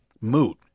moot